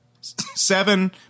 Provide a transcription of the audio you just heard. seven